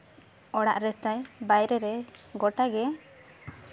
ᱚᱲᱟᱜ ᱨᱮᱥᱮ ᱵᱟᱭᱨᱮ ᱨᱮ ᱜᱳᱴᱟᱜᱮ